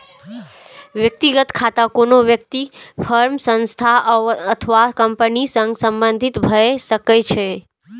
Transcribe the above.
व्यक्तिगत खाता कोनो व्यक्ति, फर्म, संस्था अथवा कंपनी सं संबंधित भए सकै छै